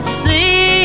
see